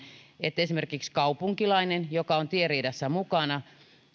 että esimerkiksi kaupunkilaisella joka on tieriidassa mukana